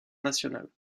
national